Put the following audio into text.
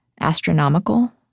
astronomical